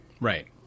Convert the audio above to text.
Right